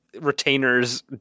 retainers